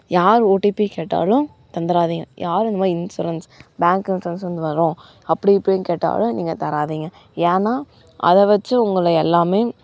யார் ஓடிபி கேட்டாலும் தந்துடாதீங்க யாரும் இந்தமாதிரி இன்சூரன்ஸ் பேங்க் இன்சூரன்ஸ்லிருந்து வர்றோம் அப்படி இப்படின்னு கேட்டாலும் நீங்ள்க தராதீங்க ஏனால் அதை வச்சு உங்களை எல்லாம்